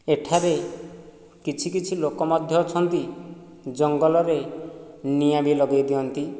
ଏଠାରେ କିଛି କିଛି ଲୋକ ମଧ୍ୟ ଅଛନ୍ତି ଜଙ୍ଗଲରେ ନିଆଁ ବି ଲଗାଇ ଦିଅନ୍ତି